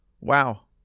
Wow